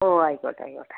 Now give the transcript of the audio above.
ഓ ആയിക്കോട്ടെ ആയിക്കോട്ടെ